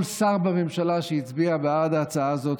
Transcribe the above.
כל שר בממשלה שהצביע בעד ההצעה הזאת,